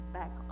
back